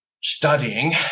studying